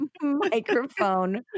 microphone